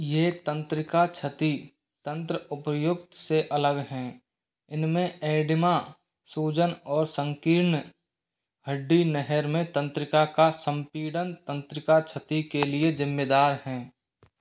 ये तंत्रिका क्षति तंत्र उपर्युक्त से अलग हैं इनमें एडिमा सूजन और संकीर्ण हड्डी नहर में तंत्रिका का संपीड़न तंत्रिका क्षति के लिए जिम्मेदार हैं